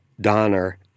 Donner